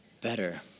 better